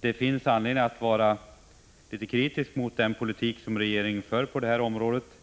Det finns anledning att vara litet kritisk mot den politik som regeringen för på det här området.